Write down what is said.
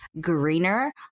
greener